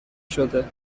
شده